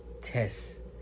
test